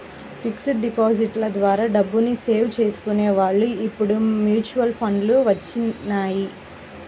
fixed డిపాజిట్ల ద్వారా డబ్బుని సేవ్ చేసుకునే వాళ్ళు ఇప్పుడు మ్యూచువల్ ఫండ్లు వచ్చినియ్యి